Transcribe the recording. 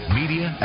media